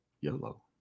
yellow